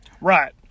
Right